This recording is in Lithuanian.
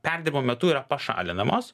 perdymo metu yra pašalinamos